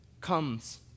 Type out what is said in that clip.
comes